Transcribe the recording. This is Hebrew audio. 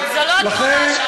לכן,